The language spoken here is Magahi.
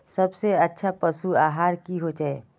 सबसे अच्छा पशु आहार की होचए?